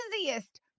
easiest